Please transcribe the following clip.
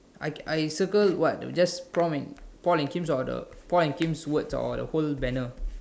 I I I circle what though just Paul and Paul and Kim's or the Paul and Kim's words or the whole banner